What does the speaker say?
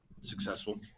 successful